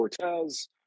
Cortez